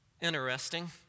interesting